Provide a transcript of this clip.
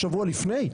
שבוע לפני?